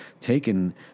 taken